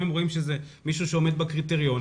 אם הם רואים שזה מישהו שעומד בקריטריונים,